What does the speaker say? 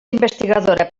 investigadora